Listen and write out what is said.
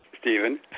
Stephen